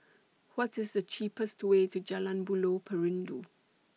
What IS The cheapest Way to Jalan Buloh Perindu